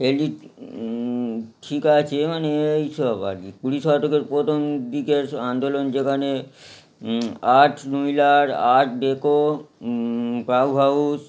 elite ঠিক আছে মানে এই সব আর কি কুড়ি শতকের প্রথম দিকের আন্দোলন যেখানে আর্ট মিলার আর্ট ডেকো হাউজ